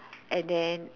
and then